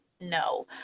no